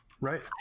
right